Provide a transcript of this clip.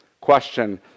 question